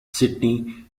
sydney